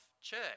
church